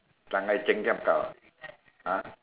hokkien ah